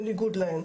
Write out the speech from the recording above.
בניגוד להם.